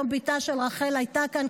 היום בתה של רחל הייתה כאן,